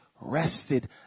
rested